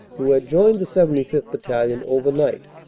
who had joined the seventy fifth. battalion over night,